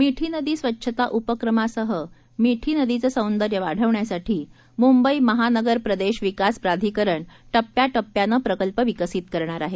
मिठी नदी स्वच्छता उपक्रमासह मिठी नदीचं सौंदर्य वाढवण्यासाठी मुंबई महानगर प्रदेश विकास प्राधिकरण ििया िया ियानं प्रकल्प विकसित करणार आहे